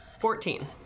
Fourteen